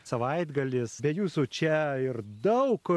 savaitgalis be jūsų čia ir daug